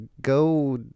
go